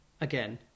again